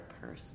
person